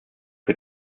für